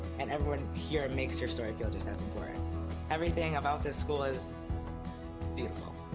and everyone here makes your story feel just as important. everything about this school is beautiful.